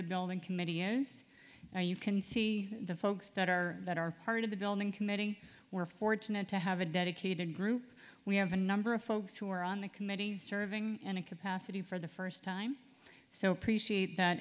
the building where you can see the folks that are that are part of the building committing we're fortunate to have a dedicated group we have a number of folks who are on the committee serving in a capacity for the first time so appreciate that